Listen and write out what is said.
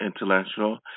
intellectual